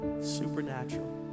Supernatural